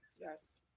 yes